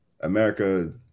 America